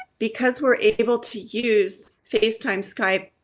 because we're able to use facetime, skype,